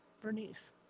Bernice